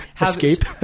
Escape